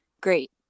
Great